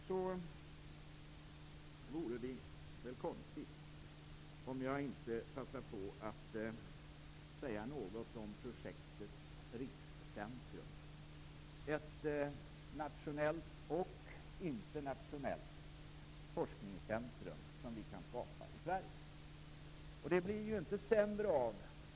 Det vore konstigt om jag inte passade på att säga något om projektet Riskcentrum, dvs. ett nationellt och internationellt forskningscentrum som vi kan skapa i Sverige.